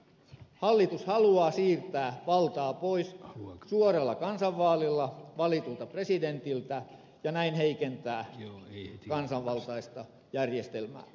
hallitus haluaa siirtää valtaa pois suoralla kansanvaalilla valitulta presidentiltä ja näin heikentää kansanvaltaista järjestelmäämme